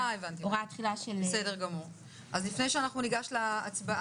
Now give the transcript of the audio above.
אלה הסיבות שאני הולך להצביע